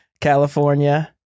California